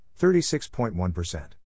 36.1%